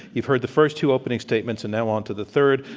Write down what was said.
you've heard the first two opening statements and now on to the third,